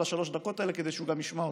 השלוש דקות האלה כדי שהוא גם ישמע אותן.